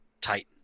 Titan